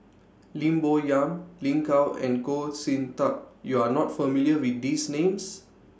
Lim Bo Yam Lin Gao and Goh Sin Tub YOU Are not familiar with These Names